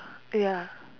ya